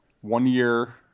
one-year